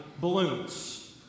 balloons